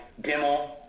Dimmel